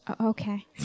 Okay